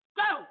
go